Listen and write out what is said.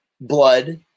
blood